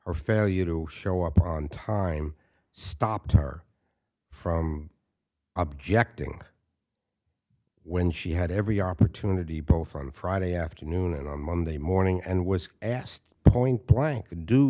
her failure to show up on time stopped her from objecting when she had every opportunity both on friday afternoon and on monday morning and was asked point blank